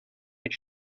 est